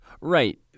Right